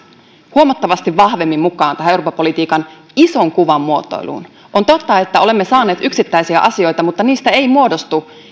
huomattavasti vahvemmin mukaan tähän eurooppa politiikan ison kuvan muotoiluun on totta että olemme saaneet yksittäisiä asioita mutta niistä ei muodostu